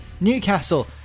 Newcastle